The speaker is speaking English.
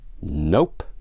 nope